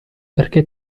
perché